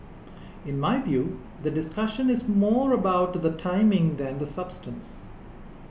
in my view the discussion is more about the timing than the substance